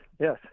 yes